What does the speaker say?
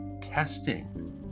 testing